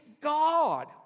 God